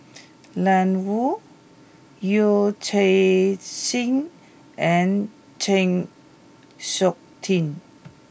Ian Woo Yee Chia Hsing and Chng Seok Tin